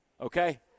okay